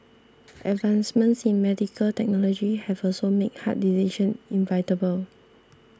advancements in medical technology have also made hard decision inevitable